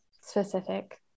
specific